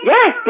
Yes